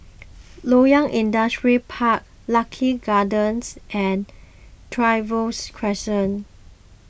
Loyang Industrial Park Lucky Gardens and Trevose Crescent